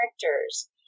characters